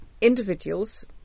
individuals